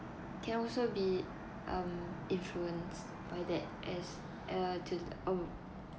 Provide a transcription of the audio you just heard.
also um can also be um influenced by that as uh to um